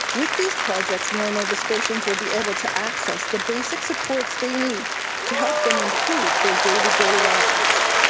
with these projects, more nova scotians will be able to access the basic supports they need to help them improve their day-to-day lives.